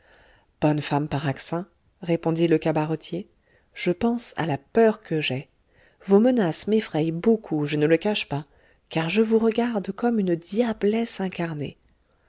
bonne femme paraxin répondit le cabaretier je pense à la peur que j'ai vos menaces m'effrayent beaucoup je ne le cache pas car je vous regarde comme une diablesse incarnée